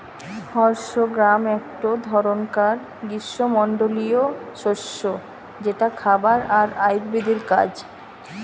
horse gram একটো ধরণকার গ্রীস্মমন্ডলীয় শস্য যেটা খাবার আর আয়ুর্বেদের কাজ